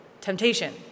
temptation